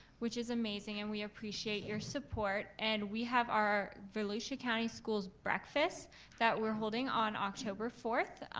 which is amazing and we appreciate your support. and we have our volusia county schools breakfast that we're holding on october fourth,